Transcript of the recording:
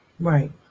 Right